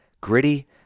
Gritty